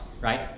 right